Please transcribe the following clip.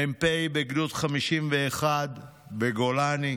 מ"פ בגדוד 51 בגולני,